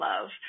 love